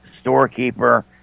storekeeper